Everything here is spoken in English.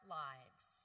lives